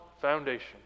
foundation